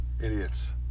idiots